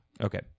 okay